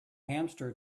hamster